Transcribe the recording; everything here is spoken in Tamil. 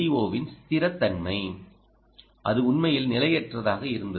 ஓவின் ஸ்திரத்தன்மை அது உண்மையில் நிலையற்றதாக இருந்தது